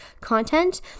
content